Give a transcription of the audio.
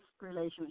relationship